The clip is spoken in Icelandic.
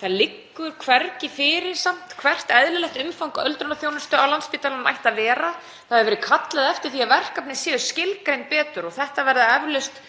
Það liggur hvergi fyrir samt hvert eðlilegt umfang öldrunarþjónustu á Landspítalanum ætti að vera. Það hefur verið kallað eftir því að verkefni séu skilgreind betur og það verður eflaust